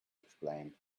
explained